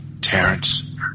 Terrence